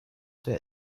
der